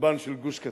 לחורבן של גוש-קטיף,